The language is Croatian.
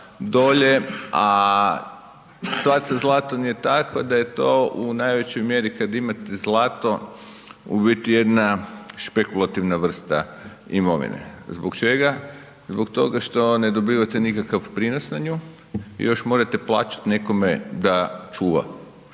dolje, a situacija sa zlatom je takva da je to u najvećoj mjeri kada imate zlato u biti jedna špekulativna vrsta imovine. Zbog čega? Zbog toga što ne dobivate nikakav prinos na nju i još morate plaćati nekome da čuva.